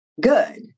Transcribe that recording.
good